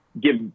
give